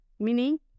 Meaning